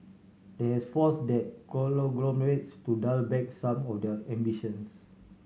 that has force that conglomerates to dial back some of their ambitions